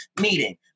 meeting